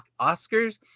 Oscars